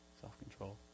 self-control